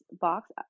box